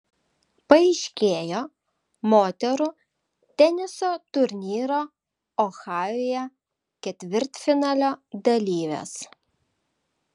paaiškėjo moterų teniso turnyro ohajuje ketvirtfinalio dalyvės